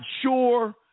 sure